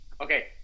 Okay